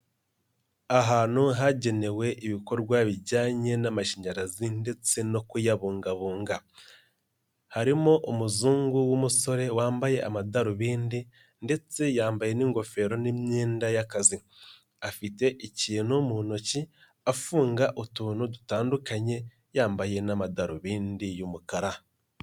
Ahantu hagenewe ibikorwa bijyanye n'amashanyarazi ndetse no kuyabungabunga, harimo umuzungu w'umusore wambaye amadarubindi ndetse yambaye n'ingofero n'imyenda y'akazi, afite ikintu mu ntoki, afunga utuntu dutandukanye, yambaye n'amadarubindi y'umukara.